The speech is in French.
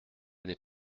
n’est